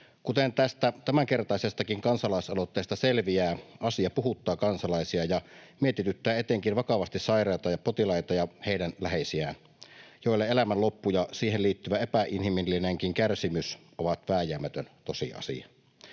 Kuten tästä tämänkertaisestakin kansalaisaloitteesta selviää, asia puhuttaa kansalaisia ja mietityttää etenkin vakavasti sairaita potilaita ja heidän läheisiään, joille elämän loppu ja siihen liittyvä epäinhimillinenkin kärsimys ovat vääjäämätön tosiasia.